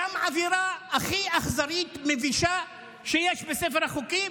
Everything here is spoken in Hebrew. גם עבירה הכי אכזרית ומבישה שיש בספר החוקים,